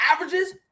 averages